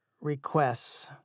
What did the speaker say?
requests